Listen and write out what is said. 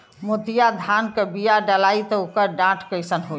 मोतिया धान क बिया डलाईत ओकर डाठ कइसन होइ?